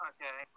Okay